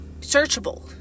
searchable